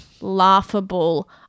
laughable